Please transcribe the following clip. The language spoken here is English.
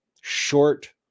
short